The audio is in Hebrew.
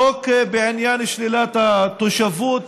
חוק בעניין שלילת התושבות